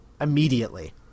immediately